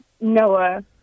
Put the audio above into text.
Noah